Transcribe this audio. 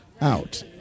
out